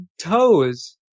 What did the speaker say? toes